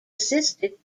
assisted